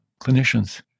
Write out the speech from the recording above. clinicians